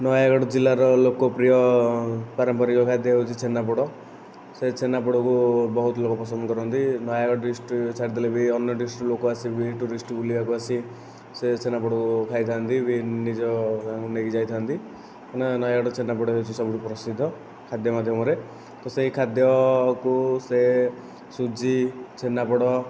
ନୟାଗଡ଼ ଜିଲ୍ଲାର ଲୋକପ୍ରିୟ ପାରମ୍ପରିକ ଖାଦ୍ୟ ହେଉଛି ଛେନାପୋଡ଼ ସେ ଛେନାପୋଡ଼କୁ ବହୁତ ଲୋକ ପସନ୍ଦ କରନ୍ତି ନୟାଗଡ଼ ଡିଷ୍ଟ୍ରିକ୍ଟ ଛାଡ଼ିଦେଲେ ବି ଅନ୍ୟ ଡିଷ୍ଟ୍ରିକ୍ଟର ଲୋକ ଆସି ବି ଟୁରିଷ୍ଟ ବୁଲିବାକୁ ଆସି ସେ ଛେନାପୋଡ଼କୁ ଖାଇଥାନ୍ତି ନିଜ ନେଇକି ଯାଇଥାନ୍ତି ତେଣୁ ନୟାଗଡ଼ ଛେନାପୋଡ଼ ହେଉଛି ସବୁଠୁ ପ୍ରସିଦ୍ଧ ଖାଦ୍ୟ ମାଧ୍ୟମରେ ତ ସେହି ଖାଦ୍ୟକୁ ସେ ସୁଜି ଛେନାପୋଡ଼